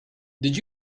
did